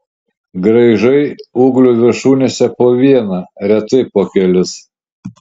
graižai ūglių viršūnėse po vieną retai po kelis